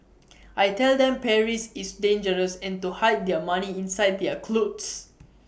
I tell them Paris is dangerous and to hide their money inside their clothes